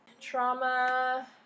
Trauma